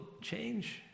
change